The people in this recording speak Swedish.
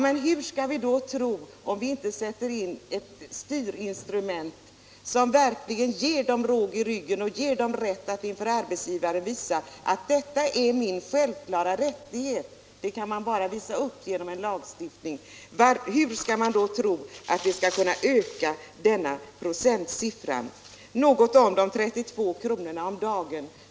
Men hur skall vi då lösa problemet om vi inte sätter in ett styrinstrument som verkligen ger männen råg i ryggen att inför arbetsgivaren visa att detta är deras självklara rättighet? Det går bara att åstadkomma genom en lagstiftning. Hur skall vi annars kunna öka denna procentsiffra? Några ord om de 32 kronorna per dag.